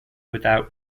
without